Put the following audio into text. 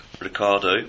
Ricardo